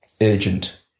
urgent